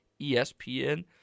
ESPN